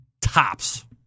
Tops